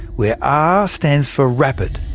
where r stands for rapid.